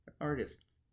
Artists